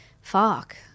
fuck